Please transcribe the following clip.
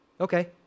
Okay